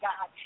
God